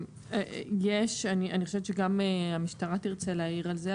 אני חושבת שגם המשטרה תרצה להעיר על זה,